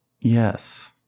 yes